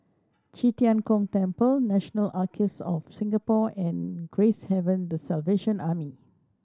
Qi Tian Gong Temple National Archives of Singapore and Gracehaven The Salvation Army